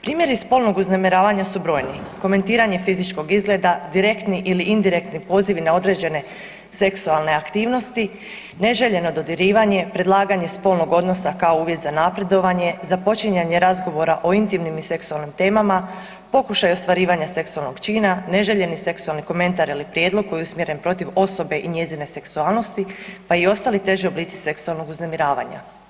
Primjeri spolnog uznemiravanja su brojni, komentiranje fizičkog izgleda, direktni ili indirektni pozivi na određene seksualne aktivnosti, neželjeno dodirivanje, predlaganje spolnog odnosa kao uvjet za napredovanje, započinjanje razgovora o intimnim i seksualnim temama, pokušaj ostvarivanja seksualnog čina, neželjeni seksualni komentar ili prijedlog koji je usmjeren protiv osobe i njezine seksualnosti pa i ostali teži oblici seksualnog uznemiravanja.